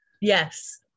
Yes